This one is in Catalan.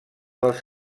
dels